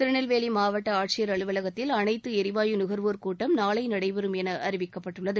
திருநெல்வேலி மாவட்ட ஆட்சியர் அலுவலகத்தில் அனைத்து எரிவாயு நுகர்வோர் கூட்டம் நாளை நடைபெறும் என அறிவிக்கப்பட்டுள்ளது